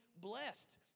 blessed